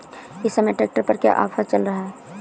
इस समय ट्रैक्टर पर क्या ऑफर चल रहा है?